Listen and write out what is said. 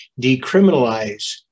decriminalize